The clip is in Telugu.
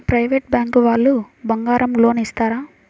ప్రైవేట్ బ్యాంకు వాళ్ళు బంగారం లోన్ ఇస్తారా?